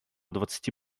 двадцати